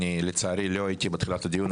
אני לצערי לא הייתי בתחילת הדיון,